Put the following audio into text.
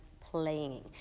playing